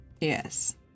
Yes